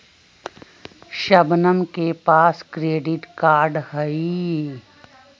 शबनम के पास credit card हई